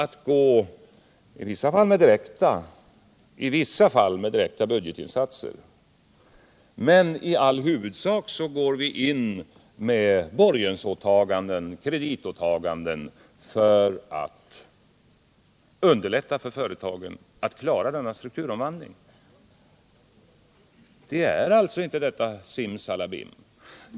I vissa fall går vi in med direkta budgetinsatser, men i all huvudsak går vi in med borgensåtaganden och kreditåtaganden för att underlätta för företagen att klara strukturomvandlingen. Det är alltså inte fråga om något simsalabim.